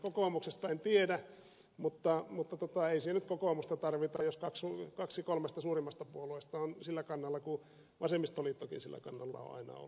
kokoomuksesta en tiedä mutta ei siihen nyt kokoomusta tarvita jos kaksi kolmesta suurimmasta puolueesta on sillä kannalla kun vasemmistoliittokin sillä kannalla on aina ollut